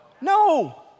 No